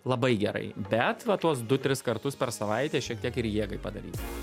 labai gerai bet va tuos du tris kartus per savaitę šiek tiek ir jėgai padaryt